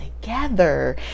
together